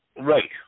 right